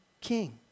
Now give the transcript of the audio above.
king